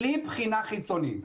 בלי בחינה חיצונית.